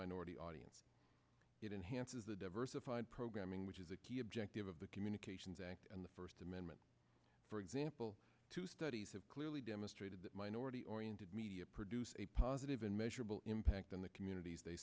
minority audience it enhances the diversified programming which is a key objective of the communications act and the first amendment for example two studies have clearly demonstrated that minority oriented media produce a positive and measurable impact on the communities they